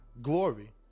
glory